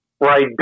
right